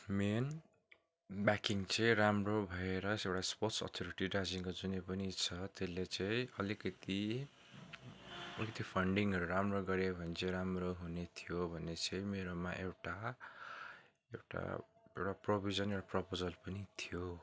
main backing चाहिँ राम्रो भएर एउटा स्पोर्ट्स अथोरिटी दार्जिलिङको जुनै पनि छ त्यसले चाहिँ अलिकति अलिकति फन्डिङहरू राम्रो गऱ्यो भने चाहिँ राम्रो हुने थियो भन्ने चाहिँ मेरोमा एउटा एउटा प्रभिजन एउटा प्रपोजल पनि थियो